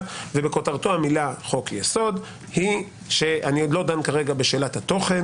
ובכותרתו המילה חוק יסוד אני עוד לא דן כרגע בשאלת התוכן